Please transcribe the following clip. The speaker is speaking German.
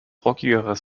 rockigeres